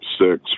six